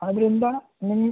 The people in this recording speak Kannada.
ಆದ್ದರಿಂದ ನಿಮ್ಮ